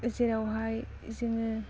जेरावहाय जोङो